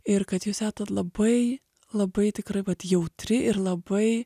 ir kad jūs etat labai labai tikrai vat jautri ir labai